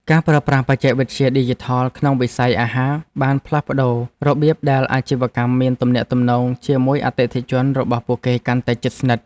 ការប្រើប្រាស់បច្ចេកវិទ្យាឌីជីថលក្នុងវិស័យអាហារបានផ្លាស់ប្តូររបៀបដែលអាជីវកម្មមានទំនាក់ទំនងជាមួយអតិថិជនរបស់ពួកគេកាន់តែជិតស្និទ្ធ។